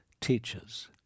teachers